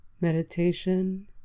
meditation